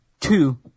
two